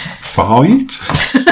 fight